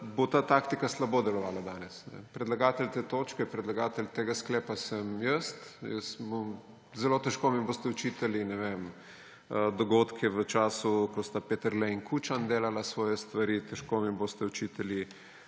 bo ta taktika slabo delovala danes. Predlagatelj te točke, predlagatelj tega sklepa sem jaz. Zelo težko mi boste očitali dogodke v času, ko sta Peterle in Kučan delala svoje stvari, težko mi boste očitali